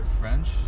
French